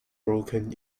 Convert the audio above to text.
broken